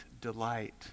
delight